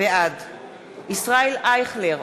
בעד ישראל אייכלר,